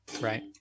Right